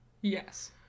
Yes